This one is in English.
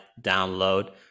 download